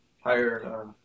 higher